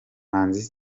manzi